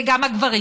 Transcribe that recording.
זה גם הגברים.